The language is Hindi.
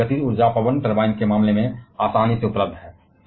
और यह गतिज ऊर्जा पवन टरबाइन के मामले में आसानी से उपलब्ध है